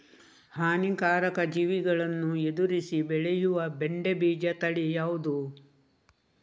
ಹಾನಿಕಾರಕ ಜೀವಿಗಳನ್ನು ಎದುರಿಸಿ ಬೆಳೆಯುವ ಬೆಂಡೆ ಬೀಜ ತಳಿ ಯಾವ್ದು?